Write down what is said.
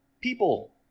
people